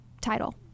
title